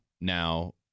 now